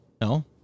No